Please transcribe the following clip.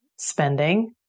spending